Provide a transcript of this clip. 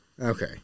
Okay